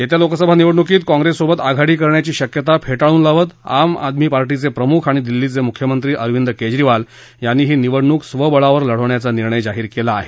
येत्या लोकसभा निवडणुकीत काँग्रस सोबत आघाडी करण्याची शक्यता फेटाळून लावत आम आदमी पार्टीचे प्रमुख आणि दिल्लीचे मुख्यमक्ती अरविद्वकेजरीवाल याप्ती ही निवडणूक स्वबळावर लढवण्याचा निर्णय जाहीर केला आहे